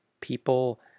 people